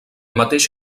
mateix